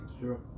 Sure